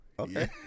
Okay